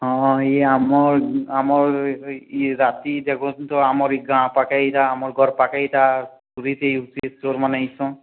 ହଁ ଇଏ ଆମର ଆମର ଇଏ ରାତି ଯାକ ଦେଖନ୍ତୁ ଆମରି ଗାଁ ପାଖେ ଏଇଟା ଆମ ଘର ପାଖେ ଏଇଟା ଚୋରମାନେ ଇସନ୍